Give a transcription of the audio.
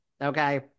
Okay